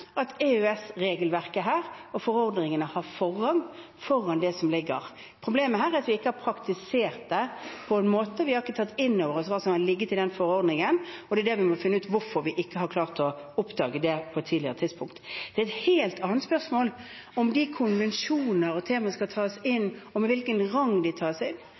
Problemet er at vi ikke har praktisert det på den måten, vi har ikke tatt inn over oss det som har ligget i den forordningen, og vi må finne ut hvorfor vi ikke har klart å oppdage det på et tidligere tidspunkt. Det er et helt annet spørsmål om de konvensjoner og tema skal tas inn, med hvilken rang de tas inn,